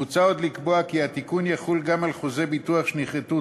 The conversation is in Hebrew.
מוצע עוד לקבוע כי התיקון יחול גם על חוזי ביטוח שנכרתו